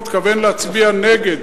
מתכוונים להצביע נגד.